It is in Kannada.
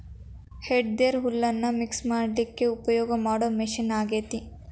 ಹೇ ಟೆಡ್ದೆರ್ ಹುಲ್ಲನ್ನ ಮಿಕ್ಸ್ ಮಾಡ್ಲಿಕ್ಕೆ ಉಪಯೋಗ ಮಾಡೋ ಮಷೇನ್ ಆಗೇತಿ